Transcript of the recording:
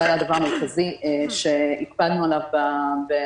זה היה דבר מרכזי שהקפדנו עליו בכתיבה